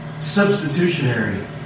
substitutionary